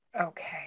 Okay